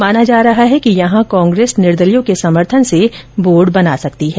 माना जा रहा है कि यहां कांग्रेस निर्दलीयों के समर्थन से बोर्ड बना सकती है